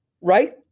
Right